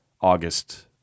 August